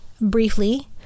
Briefly